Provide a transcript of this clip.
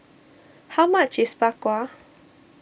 how much is Bak Kwa